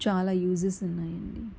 చాలా యూజెస్ ఉన్నాయండి